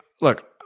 look